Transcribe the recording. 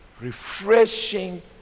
refreshing